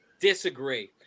Disagree